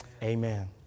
Amen